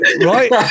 Right